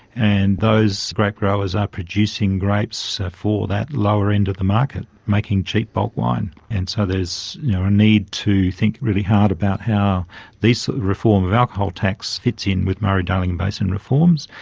and those grape growers are producing grapes for that lower end of the market, making cheap bulk wine. and so there is you know a need to think really hard about how this reform of alcohol tax fits in with murray darling and basin reforms,